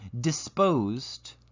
disposed